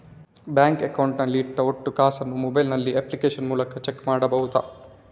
Bank account ನಲ್ಲಿ ಇಟ್ಟ ಒಟ್ಟು ಕಾಸನ್ನು ಮೊಬೈಲ್ ನಲ್ಲಿ ಅಪ್ಲಿಕೇಶನ್ ಮೂಲಕ ಚೆಕ್ ಮಾಡಬಹುದಾ?